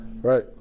Right